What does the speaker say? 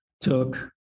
took